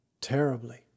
terribly